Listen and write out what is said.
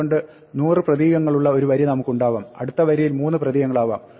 അതുകൊണ്ട് 100 പ്രതീകങ്ങളുള്ള ഒരു വരി നമുക്കുണ്ടാവാം അടുത്ത വരിയിൽ 3 പ്രതീകങ്ങളാവാം